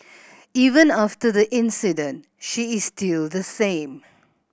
even after the incident she is still the same